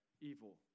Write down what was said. evil